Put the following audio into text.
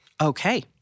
Okay